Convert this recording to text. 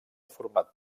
format